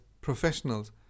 professionals